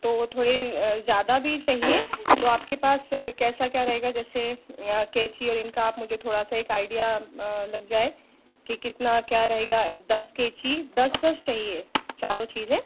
तो थोड़े ज़्यादा भी चाहिए तो आपके पास कैसा क्या रहेगा जैसे कैंची और इनका आप मुझे थोड़ा सा एक आइडिया लग जाए कि कितना क्या रहेगा दस कैंची दस दस चाहिए चारो चीज़ें